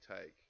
take